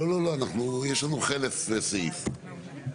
יש לי בניין של 8 או 10 קומות,